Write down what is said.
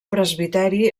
presbiteri